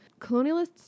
Colonialists